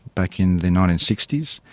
back in the nineteen sixty s,